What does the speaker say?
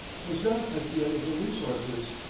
was not at the end of her resources.